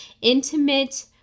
Intimate